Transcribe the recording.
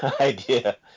idea